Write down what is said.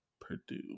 Purdue